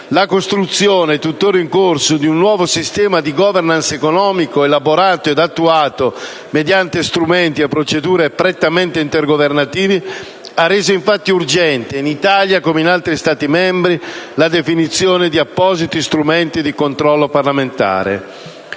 La costruzione - tuttora in corso - di un nuovo sistema di *governance* economica, elaborato ed attuato mediante strumenti e procedure prettamente intergovernativi, ha reso infatti urgente, in Italia come in altri Stati membri, la definizione di appositi strumenti di controllo parlamentare.